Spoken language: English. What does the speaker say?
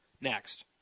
next